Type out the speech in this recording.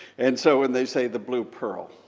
and so when they say the blue pearl,